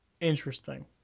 Interesting